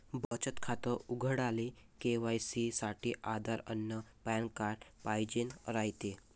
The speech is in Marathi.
बचत खातं उघडाले के.वाय.सी साठी आधार अन पॅन कार्ड पाइजेन रायते